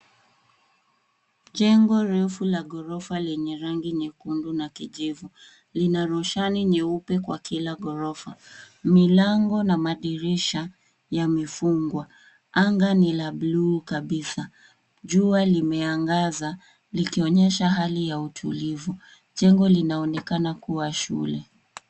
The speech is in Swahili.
Jengo refu la ghorofa lenye rangi nyekundu na kijivu. Lina roshani nyeupe kwa kila ghorofa. Milango na madirisha yamefungwa. Anga ni la bluu kabisa. Jua limeangaza likionyesha hali ya utulivu. Jengo linaonekana kuwa shule.